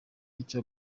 icyo